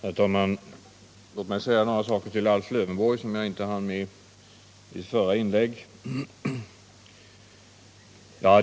Herr talman! Låt mig till Alf Lövenborg säga några saker som jag inte hann med i mitt förra inlägg.